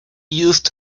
used